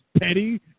Petty